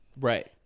Right